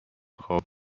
خواب